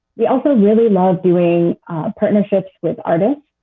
we also really love doing partnerships with artists,